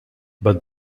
but